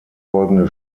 folgende